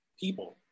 people